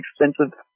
expensive